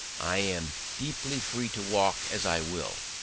i am deeply free to walk as i will.